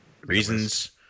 reasons